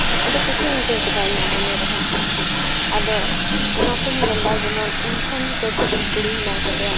ᱟᱹᱰᱤ ᱠᱩᱥᱤᱧ ᱟᱹᱭᱠᱟᱹᱣ ᱠᱮᱫᱟ ᱤᱧᱟᱹᱜ ᱢᱚᱱᱮ ᱨᱮᱦᱚᱸ ᱟᱫᱚ ᱚᱱᱟᱛᱮᱧ ᱢᱮᱱᱫᱟ ᱡᱮᱢᱚᱱ ᱤᱧ ᱠᱷᱚᱱ ᱠᱟᱹᱴᱤᱡ ᱠᱩᱲᱤ ᱦᱮᱱᱟᱭ ᱟᱠᱟᱫᱮᱭᱟ